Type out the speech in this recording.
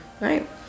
Right